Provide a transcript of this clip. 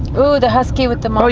ooh, the husky with the oh,